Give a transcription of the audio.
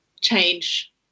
change